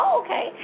okay